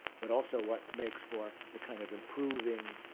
but also what makes for the kind of improving,